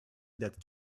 that